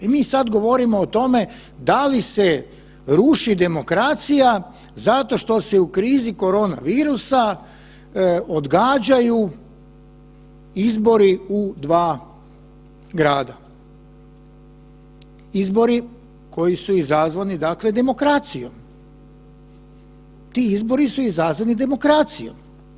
I mi sada govorimo o tome da li se ruši demokracija zato što se u krizi korona virusa odgađaju izbori u dva grada, izbori koji su izazvani dakle demokracijom, ti izbori su izazvani demokracijom.